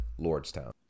Lordstown